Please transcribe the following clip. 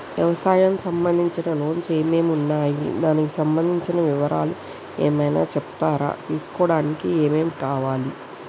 వ్యవసాయం సంబంధించిన లోన్స్ ఏమేమి ఉన్నాయి దానికి సంబంధించిన వివరాలు ఏమైనా చెప్తారా తీసుకోవడానికి ఏమేం కావాలి?